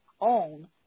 own